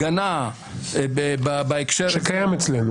הגנה בהקשר --- קיים אצלנו